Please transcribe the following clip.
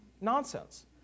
nonsense